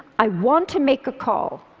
i want to make a call.